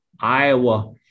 Iowa